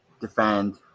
defend